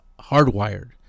Hardwired